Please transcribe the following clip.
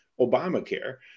Obamacare